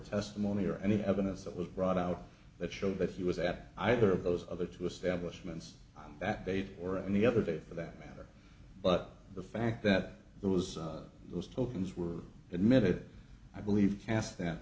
testimony or any evidence that was brought out that showed that he was at either of those other two establishment that base or any other day for that matter but the fact that there was those tokens were admitted i believe cast that